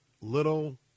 little